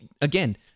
Again